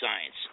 science